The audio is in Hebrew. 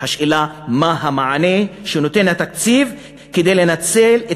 השאלה היא מה המענה שנותן התקציב כדי לנצל את